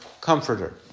comforter